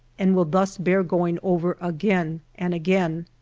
and will thus bear going over again and again.